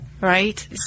Right